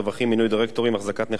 מינוי דירקטורים והחזקת נכסים,